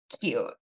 cute